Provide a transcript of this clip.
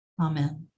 Amen